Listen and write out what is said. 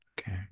Okay